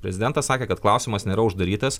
prezidentas sakė kad klausimas nėra uždarytas